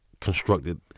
constructed